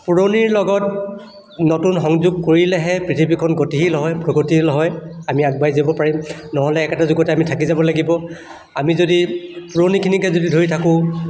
পুৰণিৰ লগত নতুন সংযোগ কৰিলেহে পৃথিৱীখন গতিশীল হয় প্ৰগতিশীল হয় আমি আগবাঢ়ি যাব পাৰিম নহ'লে একেটা যুগতে আমি থাকি যাব লাগিব আমি যদি পুৰণিখিনিকে যদি ধৰি থাকোঁ